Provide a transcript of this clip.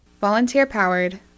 Volunteer-powered